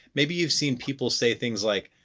maybe you've seen people say things like,